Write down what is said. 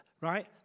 Right